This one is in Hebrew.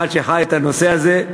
כאחד שחי את הנושא הזה.